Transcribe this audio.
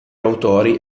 autori